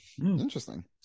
Interesting